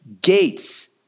Gates